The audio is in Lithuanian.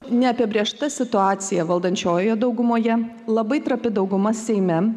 neapibrėžta situacija valdančiojoje daugumoje labai trapi dauguma seime